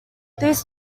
these